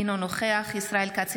אינו נוכח ישראל כץ,